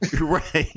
Right